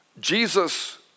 Jesus